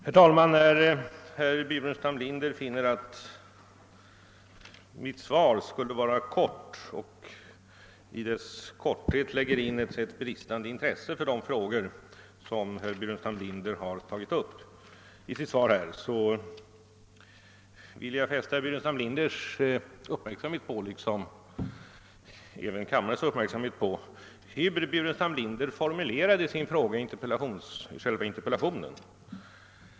Herr talman! Herr Burenstam Linder finner mitt svar kort och lägger i dess korthet in ett bristande intresse för de frågor som han har tagit upp. Jag vill emellertid fästa herr Burenstam Linders liksom även kammarens uppmärksamhet på hur han formulerade sin fråga i själva interpellationen.